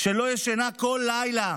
לא ישנה כל לילה